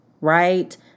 right